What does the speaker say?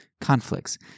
conflicts